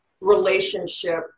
relationship